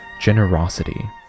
generosity